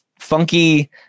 funky